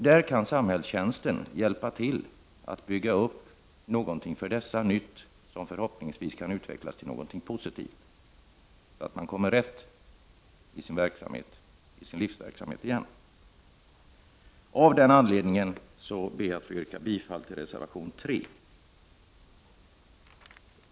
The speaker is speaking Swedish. Där kan samhällstjänsten hjälpa till att bygga upp någonting nytt för dessa människor som förhoppningsvis utvecklas till någonting positivt, så att de hamnar rätt igen i sitt liv. Av den anledningen ber jag att få yrka bifall till reservation 3.